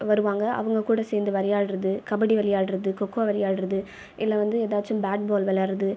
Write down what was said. வருவாங்க அவங்க கூட சேர்ந்து விளையாடுகிறது கபடி விளையாடுகிறது கொக்கோ விளையாடுகிறது இல்லை வந்து ஏதாச்சும் பேட் பால் விளையாடுகிறது